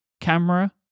camera